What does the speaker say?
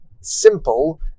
simple